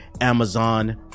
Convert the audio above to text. Amazon